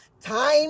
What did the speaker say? time